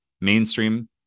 mainstream